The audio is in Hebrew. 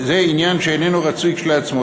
עניין שאיננו רצוי כשלעצמו.